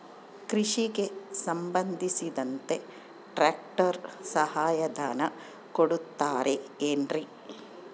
ಕೃಷಿಗೆ ಸಂಬಂಧಿಸಿದಂತೆ ಟ್ರ್ಯಾಕ್ಟರ್ ಸಹಾಯಧನ ಕೊಡುತ್ತಾರೆ ಏನ್ರಿ?